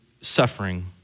suffering